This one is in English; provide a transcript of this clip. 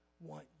want